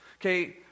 okay